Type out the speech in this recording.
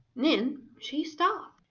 then she stopped.